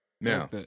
Now